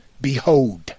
Behold